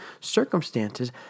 circumstances